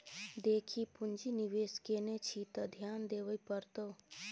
देखी पुंजी निवेश केने छी त ध्यान देबेय पड़तौ